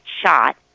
shot